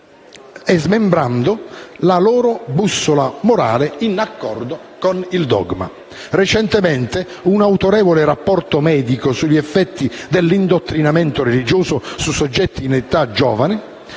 e smembrando la loro bussola morale in accordo con il dogma. Recentemente, un autorevole rapporto medico sugli effetti dell'indottrinamento religioso su soggetti in giovane